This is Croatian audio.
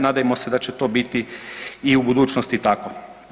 Nadajmo se da će to biti i u budućnosti tako.